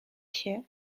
się